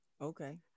Okay